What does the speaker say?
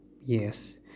Yes